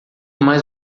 mais